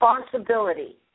responsibility